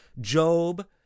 Job